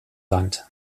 sand